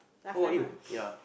how old are you ya